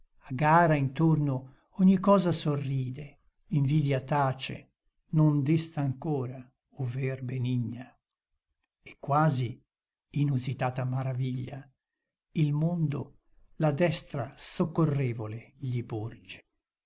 a gara intorno ogni cosa sorride invidia tace non desta ancora ovver benigna e quasi inusitata maraviglia il mondo la destra soccorrevole gli porge